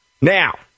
Now